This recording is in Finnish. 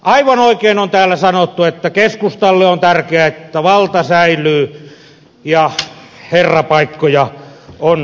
aivan oikein on täällä sanottu että keskustalle on tärkeää että valta säilyy ja herrapaikkoja on riittävästi